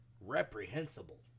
reprehensible